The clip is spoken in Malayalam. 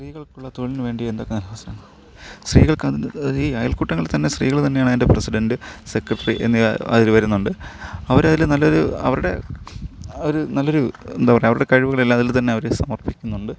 സ്ത്രീകൾക്കുള്ള തൊഴിലിനുവേണ്ടി എന്തൊക്കെ അവസരങ്ങൾ സ്ത്രീകൾക്കാണെങ്കിൽ ഈ അയൽക്കൂട്ടങ്ങളിൽ തന്നെ സ്ത്രീകള് തന്നെയാണ് അതിന് പ്രസിഡൻറ്റ് സെക്രട്ടറി എന്നിവ അതില് വരുന്നുണ്ട് അവരതില് നല്ലൊരു അവരുടെ ഒരു നല്ലൊരു എന്താ പറയുക അവരുടെ കഴിവുകളെല്ലാം അതിൽ തന്നെ അവര് സമർപ്പിക്കുന്നുണ്ട്